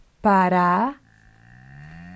para